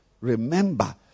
Remember